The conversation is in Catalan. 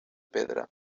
pedra